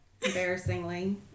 Embarrassingly